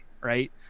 right